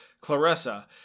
clarissa